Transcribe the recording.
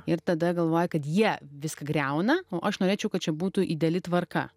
ir tada galvoja kad jie viską griauna o aš norėčiau kad čia būtų ideali tvarka